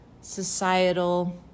societal